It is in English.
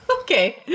okay